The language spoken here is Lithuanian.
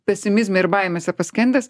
pesimizme ir baimėse paskendęs